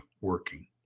working